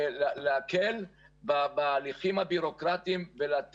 היא קיימת ויש משפחות שעוזבות פה.